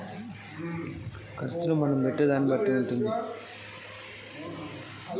ఎక్కువ ఖర్చు అయ్యే పంటేది?